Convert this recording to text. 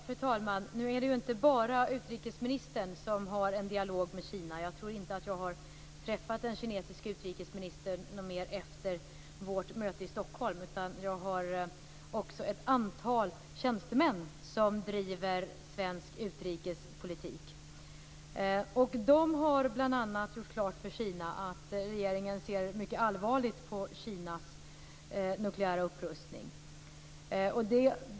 Fru talman! Nu är det inte bara utrikesministern som för en dialog med Kina. Jag tror inte att jag har träffat den kinesiske utrikesministern något mer efter vårt möte i Stockholm. Men jag har också ett antal tjänstemän som driver svensk utrikespolitik. De har bl.a. gjort klart för Kina att regeringen ser mycket allvarligt på Kinas nukleära upprustning.